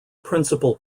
principal